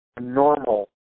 normal